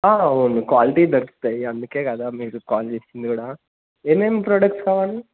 అవును క్వాలిటీ దొరుకుతాయి అందుకే కదా మీరు కాల్ చేసింది కూడా ఏమేం ప్రోడక్ట్స్ కావాలి